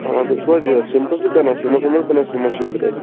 تُہۍ چھِو حظ یہِ سیٖمٹس سٍتۍ کَران سیٖمینٛٹ ویٖمینٛٹ کٕنان سیٖمیٚنٛٹ شیٚشتٕر حظ